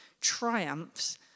triumphs